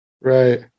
Right